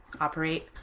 operate